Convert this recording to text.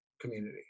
community